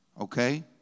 Okay